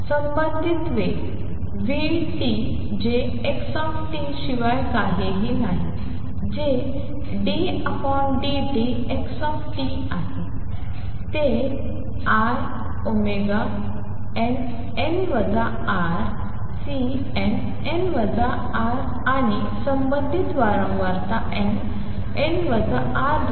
संबंधित वेग v t जे xt शिवाय काहीही नाही जे ddtx आहे ते inn τCnn τ आणि संबंधित वारंवारता nn τ